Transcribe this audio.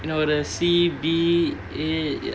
you know the C_B_A